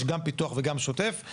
יש גם פיתוח וגם שוטף.